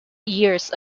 years